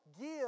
give